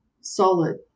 solid